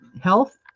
health